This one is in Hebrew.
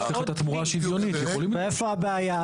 מאיפה הבעיה?